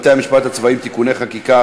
אני קובע כי הצעת חוק השיפוט הצבאי (תיקון מס' 74)